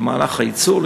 במהלך הייצור,